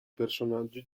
personaggi